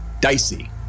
dicey